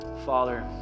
Father